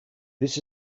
this